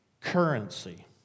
currency